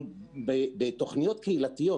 בתכניות קהילתיות